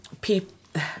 people